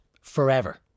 forever